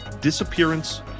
disappearance